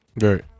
Right